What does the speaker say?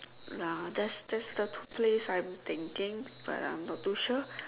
ya that's that's the place I'm thinking I I'm not to sure